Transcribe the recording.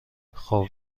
خوب